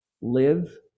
live